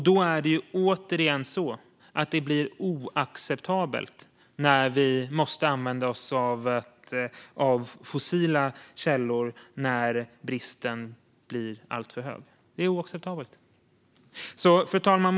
Då är det återigen så att det blir oacceptabelt när vi måste använda oss av fossila källor när bristen blir alltför stor. Det är oacceptabelt. Fru talman!